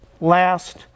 last